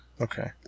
Okay